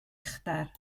uchder